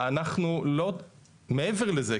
אנחנו מעבר לזה,